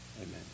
Amen